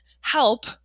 help